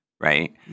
right